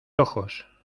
ojos